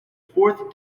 fourth